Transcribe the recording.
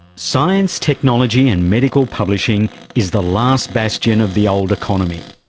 science, technology and medical publishing is the last bastion of the old economy.